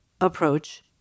approach